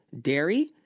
dairy